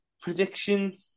Prediction